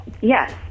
Yes